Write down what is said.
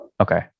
Okay